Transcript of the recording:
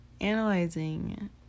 analyzing